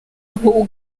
aho